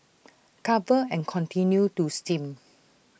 cover and continue to steam